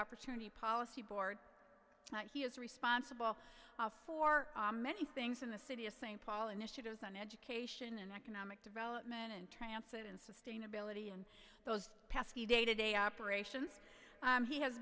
opportunity policy board he is responsible for many things in the city of st paul initiatives on education and economic development translate in sustainability and those pesky day to day operations he has